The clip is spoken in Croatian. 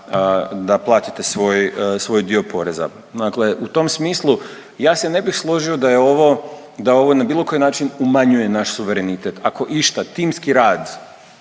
da platite svoj, svoj dio poreza. Dakle, u tom smislu ja se ne bih složio da je ovo, da ovo na bilo koji način umanjuje naš suverenitet ako išta timski rad,